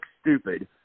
stupid